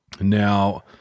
Now